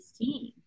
team